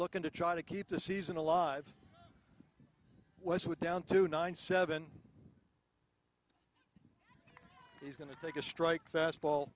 looking to try to keep the season alive was with down to nine seven he's going to take a strike fastball